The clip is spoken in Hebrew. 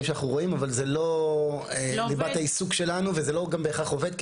שאנחנו רואים אבל זה לא ליבת העיסוק שלנו וזה לא גם בהכרח עובד,